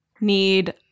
need